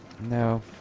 No